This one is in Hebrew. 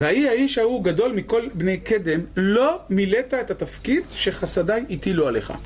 "ויהיה האיש ההוא גדול מכל בני קדם, לא מילאת את התפקיד שחסדי הטילו עליך.